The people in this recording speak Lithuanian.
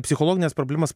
psichologines problemas